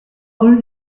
rue